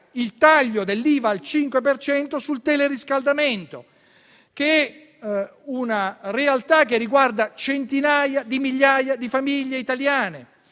il taglio dell'IVA al 5 per cento sul teleriscaldamento, che è una realtà che riguarda centinaia di migliaia di famiglie italiane,